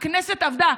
הכנסת עבדה.